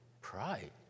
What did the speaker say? pride